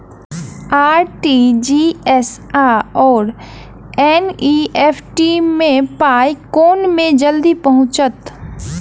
RTGS आओर NEFT मे पाई केँ मे जल्दी पहुँचत?